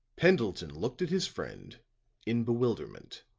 pendleton looked at his friend in bewilderment.